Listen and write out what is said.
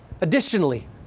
Additionally